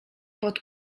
pod